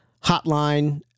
hotline